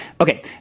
okay